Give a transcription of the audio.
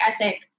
ethic